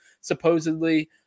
supposedly